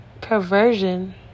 perversion